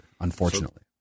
unfortunately